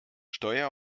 steuer